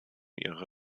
ihre